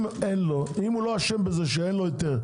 אם הוא לא אשם בזה שאין לו היתר,